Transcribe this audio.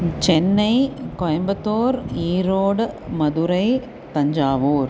Chennai Coimbatore Erode Madurai Thanjavur